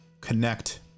connect